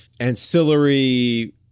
ancillary